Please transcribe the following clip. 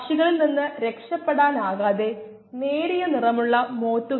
നമ്മൾ ഇത് ഇതിനകം വായിച്ചിട്ടുണ്ട്